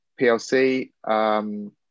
PLC